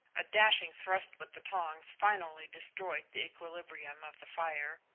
a dashing thrust with the tongs finally destroyed the equilibrium of the fire,